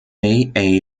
peabody